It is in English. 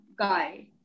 guy